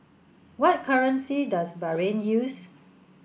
what currency does Bahrain use